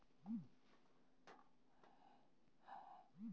अय मे एप पंजीकृत मोबाइल नंबर पर ओ.टी.पी भेज के सही व्यक्ति के सत्यापन कैल जाइ छै